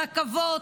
רכבות,